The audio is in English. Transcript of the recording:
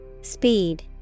Speed